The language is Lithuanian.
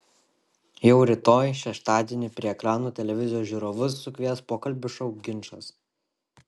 jau rytoj šeštadienį prie ekranų televizijos žiūrovus sukvies pokalbių šou ginčas